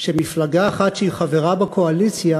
שמפלגה אחת שהיא חברה בקואליציה